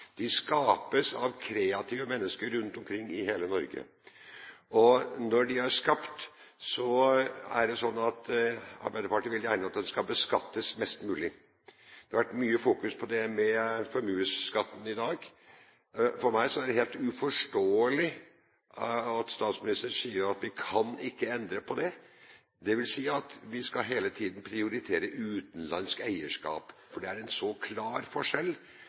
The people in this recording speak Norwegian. de skapes av kreative mennesker rundt omkring i hele Norge. Når de er skapt, er det slik at Arbeiderpartiet gjerne vil at de skal beskattes mest mulig. Det har vært mye fokus på formuesskatten i dag. For meg er det helt uforståelig at statsministeren sier at vi kan ikke endre på det. Det vil si at vi hele tiden skal prioritere utenlandsk eierskap. Det er en så klar forskjell,